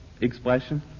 expression